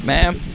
Ma'am